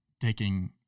taking